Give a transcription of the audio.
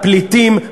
פליטים,